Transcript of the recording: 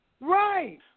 Right